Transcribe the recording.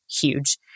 huge